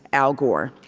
and gore.